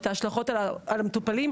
ואת ההשלכות על המטופלים.